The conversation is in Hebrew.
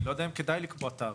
אני לא יודע אם כדאי לקבוע תאריך.